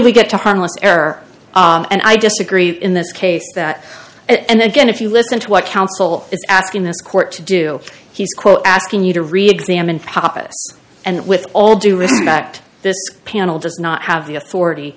we get to harmless error and i disagree in this case that and again if you listen to what counsel is asking this court to do he's quote asking you to reexamine and with all due respect this panel does not have the authority